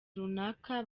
runaka